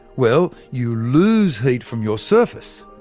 well, you lose heat from your surface,